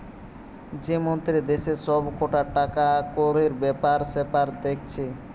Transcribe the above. যে মন্ত্রী দেশের সব কটা টাকাকড়ির বেপার সেপার দেখছে